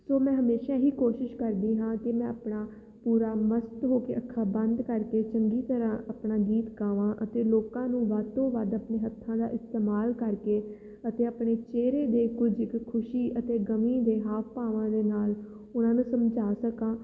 ਸੋ ਮੈਂ ਹਮੇਸ਼ਾ ਹੀ ਕੋਸ਼ਿਸ਼ ਕਰਦੀ ਹਾਂ ਕਿ ਮੈਂ ਆਪਣਾ ਪੂਰਾ ਮਸਤ ਹੋ ਕੇ ਅੱਖਾਂ ਬੰਦ ਕਰਕੇ ਚੰਗੀ ਤਰ੍ਹਾਂ ਆਪਣਾ ਗੀਤ ਗਾਵਾਂ ਅਤੇ ਲੋਕਾਂ ਨੂੰ ਵੱਧ ਤੋਂ ਵੱਧ ਆਪਣੇ ਹੱਥਾਂ ਦਾ ਇਸਤੇਮਾਲ ਕਰਕੇ ਅਤੇ ਆਪਣੇ ਚਿਹਰੇ ਦੇ ਕੁਝ ਕੁ ਖੁਸ਼ੀ ਅਤੇ ਗਮੀ ਦੇ ਹਾਵ ਭਾਵਾਂ ਦੇ ਨਾਲ ਉਹਨਾਂ ਨੂੰ ਸਮਝਾ ਸਕਾਂ